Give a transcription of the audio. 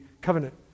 covenant